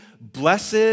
Blessed